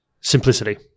Simplicity